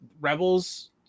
Rebels